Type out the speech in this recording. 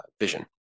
vision